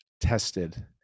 tested